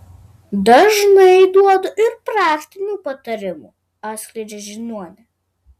dažnai duodu ir praktinių patarimų atskleidžia žiniuonė